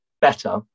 better